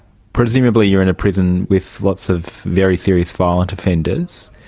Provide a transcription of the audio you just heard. presumably you are in prison with lots of very serious violent offenders.